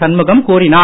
சண்முகம் கூறினார்